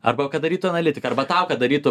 arba kad darytų analitiką arba tau kad darytų